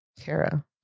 Kara